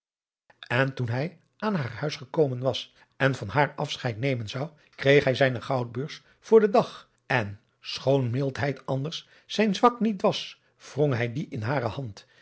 en toen hij aan haar huis gekomen was en van haar afscheid nemen zou kreeg hij zijne goudbeurs voor den adriaan loosjes pzn het leven van johannes wouter blommesteyn dag en schoon mildheid anders zijn zwak niet was wrong hij die in hare hand